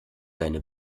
deine